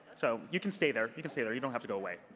so you can stay there. you can stay there. you don't have to go away.